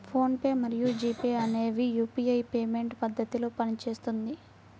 phone pay మరియు G pay అనేవి UPI payment పద్ధతిలో పనిచేస్తుంది